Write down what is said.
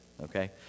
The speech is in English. okay